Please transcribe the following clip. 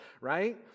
right